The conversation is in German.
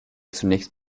zunächst